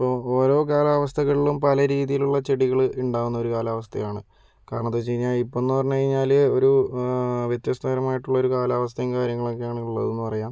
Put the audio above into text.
ഇപ്പോൾ ഓരോ കാലാവസ്ഥകളിലും പല രീതിയിലുള്ള ചെടികള് ഉണ്ടാവുന്നൊരു കാലാവസ്ഥയാണ് കാരണം എന്തെന്ന് വെച്ചു കഴിഞ്ഞാല് ഇപ്പോഴെന്ന് പറഞ്ഞുകഴിഞ്ഞാൽ ഒരു വ്യത്യസ്തപരമായിട്ടുള്ള ഒരു കാലാവസ്ഥയും കാര്യങ്ങളൊക്കെയാണ് ഉള്ളതെന്ന് പറയാം